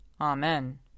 Amen